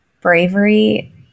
bravery